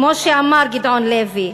כמו שאמר גדעון לוי: